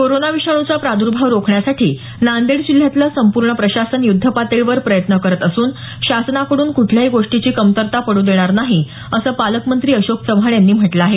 corona विषाणूचा प्राद्भाव रोखण्यासाठी नांदेड जिल्ह्यातलं संपूर्ण प्रशासन युद्धपातळीवर प्रयत्न करत असून शासनाकडून कुठल्याही गोष्टीची कमतरता पडू देणार नाही असं पालकमंत्री अशोक चव्हाण यांनी म्हटलं आहे